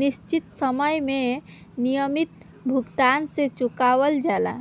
निश्चित समय में नियमित भुगतान से चुकावल जाला